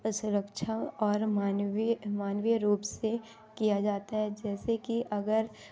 असुरक्षा और मानवीय मानवीय रूप से किया जाता है जैसे की अगर